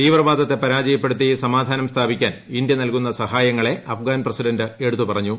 തീവ്രവാദത്തെ പരാജയ്പ്പെടുത്തി സമാധാനം സ്ഥാപിക്കാൻ ഇന്ത്യ നൽകുന്ന സഹായ്ങ്ങ്ളെ അഫ്ഗാൻ പ്രസിഡന്റ് എടുത്തു പറഞ്ഞു